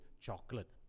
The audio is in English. chocolate